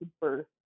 birth